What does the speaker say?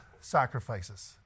sacrifices